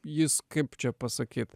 jis kaip čia pasakyt